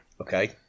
Okay